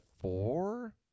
four